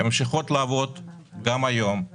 הן ממשיכות לעבוד גם היום כי